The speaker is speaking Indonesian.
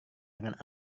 dengan